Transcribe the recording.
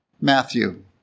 Matthew